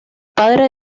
padre